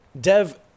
Dev